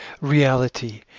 reality